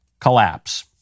collapse